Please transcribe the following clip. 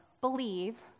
believe